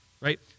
right